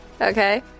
Okay